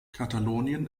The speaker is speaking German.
katalonien